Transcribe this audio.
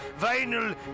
vinyl